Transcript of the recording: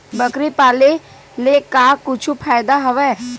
बकरी पाले ले का कुछु फ़ायदा हवय?